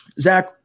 Zach